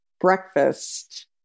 breakfast